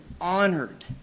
honored